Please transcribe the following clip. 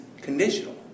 conditional